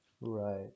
right